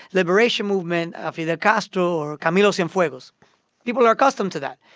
liberation movement, ah fidel castro or camilo cienfuegos people are accustomed to that.